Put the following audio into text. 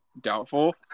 doubtful